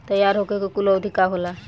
तैयार होखे के कूल अवधि का होला?